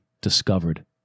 discovered